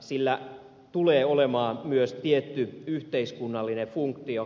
sillä tulee olemaan myös tietty yhteiskunnallinen funktio